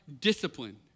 discipline